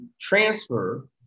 transfer